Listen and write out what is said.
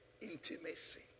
intimacy